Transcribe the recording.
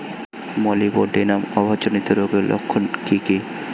Molybdenum অভাবজনিত রোগের লক্ষণ কি কি?